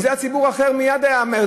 אם זה היה ציבור אחר, מייד היה מרד.